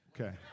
Okay